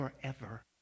forever